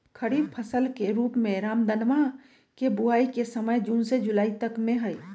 खरीफ फसल के रूप में रामदनवा के बुवाई के समय जून से जुलाई तक में हई